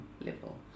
level